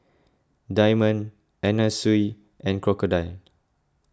Diamond Anna Sui and Crocodile